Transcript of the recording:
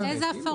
אבל אדוני היושב